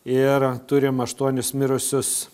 ir turim aštuonis mirusius